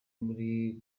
muri